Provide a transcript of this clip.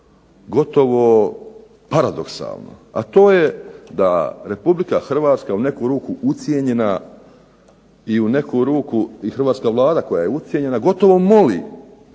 gotovo paradoksalno, a to je da Republike Hrvatska u neku ruku ucijenjena i hrvatska Vlada koja je ucijenjena gotovo moli,